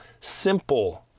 simple